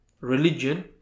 religion